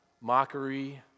mockery